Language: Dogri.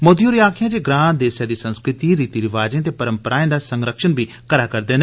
मोदी होरें आक्खेआ ग्रां देसै दी संस्कृति रीति रवाजें ते परम्पराएं दा संरक्षण बी करै करदे न